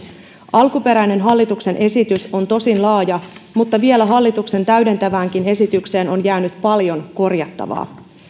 alkuperäinen hallituksen esitys on tosin laaja mutta vielä hallituksen täydentäväänkin esitykseen on jäänyt paljon korjattavaa